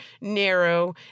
narrow